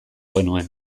genuen